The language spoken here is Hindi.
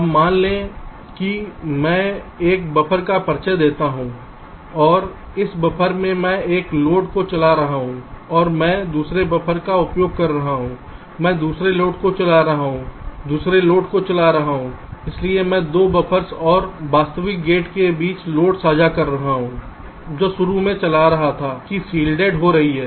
अब मान लें कि मैं एक बफ़र का परिचय देता हूं और उस बफ़र से मैं एक लोड को चला रहा हूं और मैं दूसरे बफर का उपयोग कर रहा हूं मैं दूसरे लोड को चला रहा हूं दूसरे लोड को चला रहा हूं इसलिए मैं 2 बफ़र्स और वास्तविक गेट के बीच लोड साझा कर रहा हूं जो शुरू में चला रहा था कि शील्डेड हो रही है